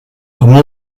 amb